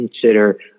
consider